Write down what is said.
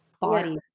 body